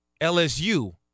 LSU